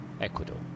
Ecuador